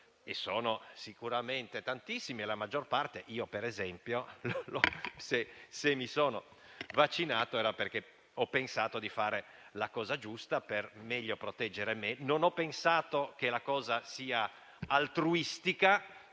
sono sicuramente tantissimi, la maggior parte; io, per esempio, mi sono vaccinato perché ho pensato di fare la cosa giusta per proteggermi meglio e non ho pensato che la cosa sia altruistica